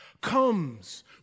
comes